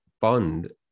Bond